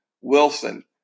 Wilson